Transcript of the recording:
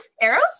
Arrows